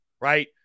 right